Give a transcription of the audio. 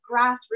grassroots